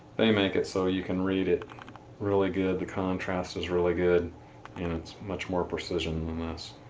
they make it so you can read it really good, the contrast is really good and it's much more precision than this.